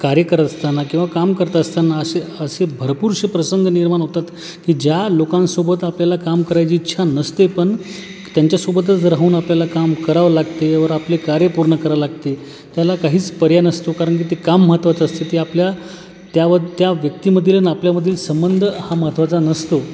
कार्य करत असताना किंवा काम करत असताना असे असे भरपूरसे प्रसंग निर्माण होतात की ज्या लोकांसोबत आपल्याला काम करायची इच्छा नसते पण त्यांच्यासोबतच राहून आपल्याला काम करावं लागते व आपले कार्य पूर्ण करा लागते त्याला काहीच पर्याय नसतो कारण की ते काम महत्त्वाचं असते ते आपल्या त्या व त्या व्यक्तीमधील आणि आपल्यामधील संबंध हा महत्त्वाचा नसतो